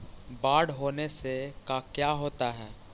बाढ़ होने से का क्या होता है?